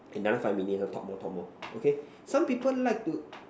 another five minutes talk more talk more okay some people like to